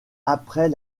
après